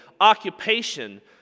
occupation